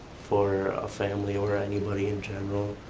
for a family or anybody in general.